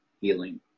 healing